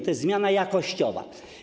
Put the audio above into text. To jest zmiana jakościowa.